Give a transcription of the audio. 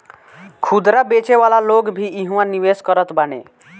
खुदरा बेचे वाला लोग भी इहवा निवेश करत बाने